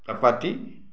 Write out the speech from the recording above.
chapati